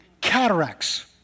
cataracts